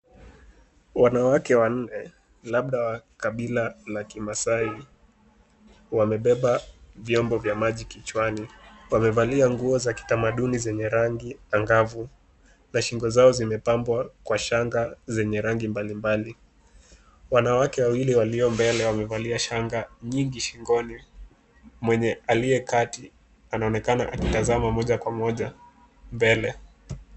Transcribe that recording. Wanawake wanne labda wa kabila la kimasai wamebeba vyombo vya maji kichwani. Wamevalia nguo za kitamaduni zenye rangi angavu na shingo zao zimepambwa kwa shanga zenye rangi mbalimbali. Wanawake wawili walio mbele wamevalia shanga nyingi shingoni. Mwenye aliye kati anaonekana akitazama moja kwa moja mbele.